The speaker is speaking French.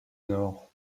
nord